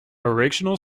original